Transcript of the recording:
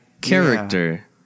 character